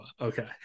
okay